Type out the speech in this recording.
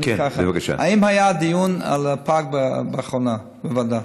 אני מציע ככה: האם היה דיון על הפג באחרונה בוועדה?